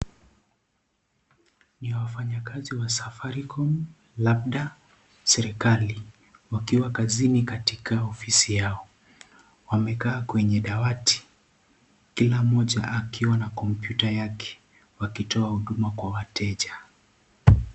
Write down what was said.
Ni wafanyikazi wa Safaricom labda serikali wakiwa kazini katika ofisi yao. Wamekaa kwenye dawati kila mmoja akiwa na kompyuta yake wakitoa huduma kwa wateja.